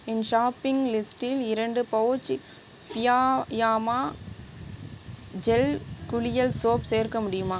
என் shopping லிஸ்டில் இரண்டு pouch ஃபியாயாமா ஜெல் குளியல் சோப் சேர்க்க முடியுமா